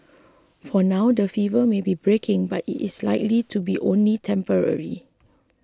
for now that fever may be breaking but it is likely to be only temporary